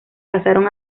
pasaron